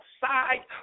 side